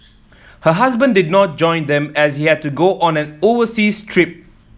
her husband did not join them as he had to go on an overseas trip